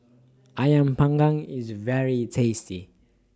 Ayam Panggang IS very tasty